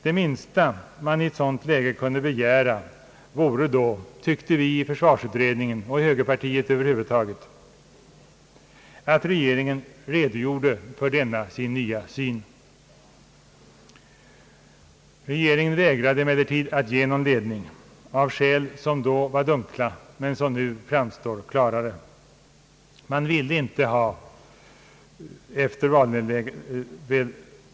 Det minsta man i ett sådant läge kunde begära vore då, tyckte vi i försvarsutredningen och i högerpartiet över hu vud taget, att regeringen redogjorde för denna sin nya syn. Regeringen vägrade emellertid att ge någon ledning — av skäl som då var dunkla men som nu framstår klarare.